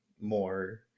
more